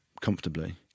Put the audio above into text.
comfortably